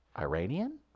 Iranian